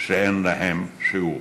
שאין להן שיעור.